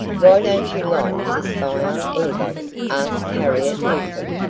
why don't you like to spy on anybody? asked harriet newcomb.